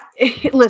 listen